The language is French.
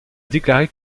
déclaré